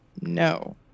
no